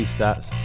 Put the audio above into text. Stats